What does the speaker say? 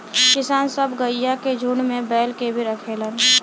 किसान सब गइया के झुण्ड में बैल के भी रखेलन